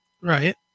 right